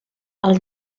els